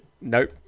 Nope